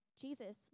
Jesus